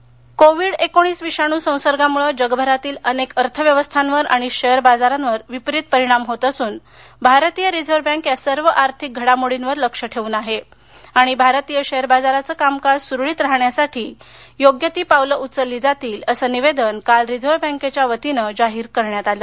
reserve bank corona विषाणू संसर्गाच्या फैलावामुळे जगभरातील अनेक अर्थव्यवस्थांवर आणि शेअर बाजारांवर विपरीत परिणाम होत असून भारतीय रिझर्व्ह बँक या सर्व आर्थिक घडामोडींवर लक्ष्य ठेवून आहे आणि भारतीय शेअर बाजारच कामकाज सुरळीत सुरु राहण्यासाठी योग्य ती पावलं उचलली जातील असं निवेदन काल रिझर्व्ह बँकेच्या वतीन जाहीर करण्यात आलं